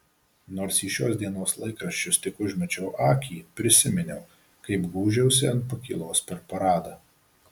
nors į šios dienos laikraščius tik užmečiau akį prisiminiau kaip gūžiausi ant pakylos per paradą